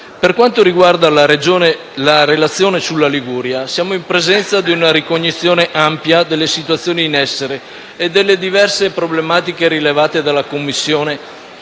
Per quanto riguarda la relazione sulla Liguria, siamo in presenza di una ricognizione ampia delle situazioni in essere e delle diverse problematiche rilevate dalla Commissione